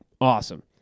awesome